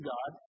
God